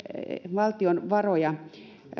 valtion varoja